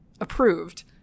approved